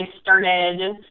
started